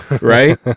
right